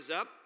up